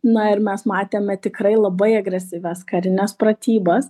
na ir mes matėme tikrai labai agresyvias karines pratybas